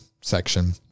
section